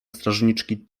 strażniczki